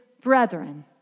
brethren